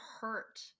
hurt